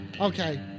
okay